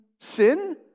sin